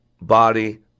body